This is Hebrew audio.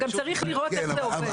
וגם צריך לראות איל זה עובד.